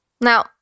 Now